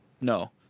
No